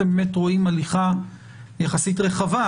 אתם באמת רואים הליכה יחסית רחבה,